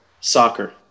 soccer